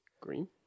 Green